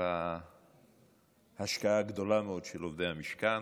ניכרה השקעה גדולה מאוד של עובדי המשכן.